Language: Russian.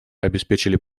обеспечили